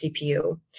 CPU